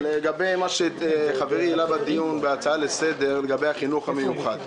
לגבי מה שחברי העלה בדיון בהצעה לסדר היום לגבי החינוך המיוחד.